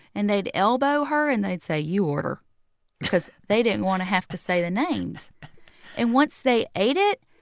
and they'd elbow her, and they'd say, you order because they didn't want to have to say the names and once they ate it,